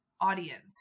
audience